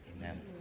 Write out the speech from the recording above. Amen